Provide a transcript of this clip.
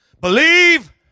believe